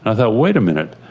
i thought, wait a minute,